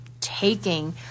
taking